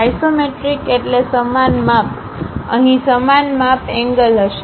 isometric એટલે સમાન માપ અહીં સમાન માપ એંગલ હશે